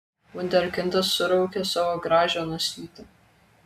vunderkindas suraukė savo gražią nosytę